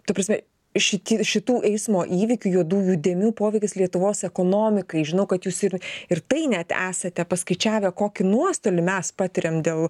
ta prasme šiti šitų eismo įvykių juodųjų dėmių poveikis lietuvos ekonomikai žinau kad jūs ir ir tai net esate paskaičiavę kokį nuostolį mes patiriam dėl